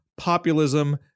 populism